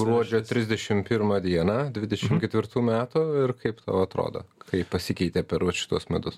gruodžio trisdešimt pirmą dieną dvidešimt ketvirtų metų ir kaip tau atrodo kaip pasikeitė per vat šituos metus